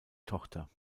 tochter